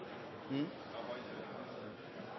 da var